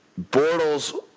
Bortles